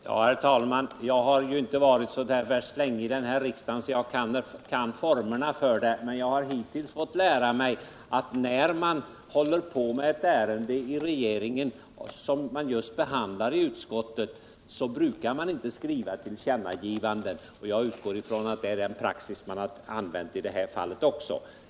Herr talman! Jag har inte varit med så värst länge i riksdagen, och jag känner kanske inte helt till formerna för arbetet här, men jag har hittills fått lära mig att när utskottet.behandlar ett ärende som samtidigt håller på att utredas inom regeringen, då brukar man inte skriva tillkännagivanden. Jag utgår ifrån att denna praxis har använts också i det här fallet.